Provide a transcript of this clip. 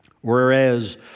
whereas